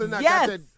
yes